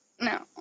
No